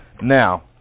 Now